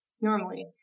normally